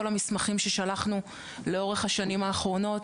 המסמכים ששלחנו לאורך השנים האחרונות.